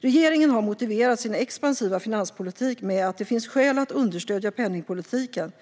Regeringen har motiverat sin expansiva finanspolitik med att det finns skäl att understödja penningpolitiken.